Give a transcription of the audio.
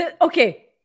Okay